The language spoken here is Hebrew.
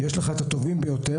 יש לך את הטובים ביותר.